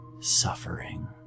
suffering